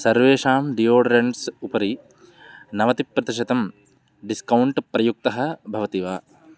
सर्वेषां डियोड्रेण्ट्स् उपरि नवतिप्रतिशतं डिस्कौण्ट् प्रयुक्तः भवति वा